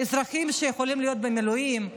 אזרחים שיכולים להיות במילואים,